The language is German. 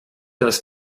dass